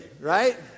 right